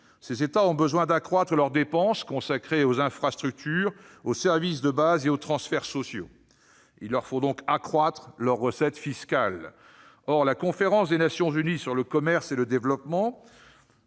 derniers ont besoin d'accroître les dépenses qu'ils consacrent aux infrastructures, aux services de base et aux transferts sociaux. Il leur faut donc accroître leurs recettes fiscales. Or la conférence des Nations unies sur le commerce et le développement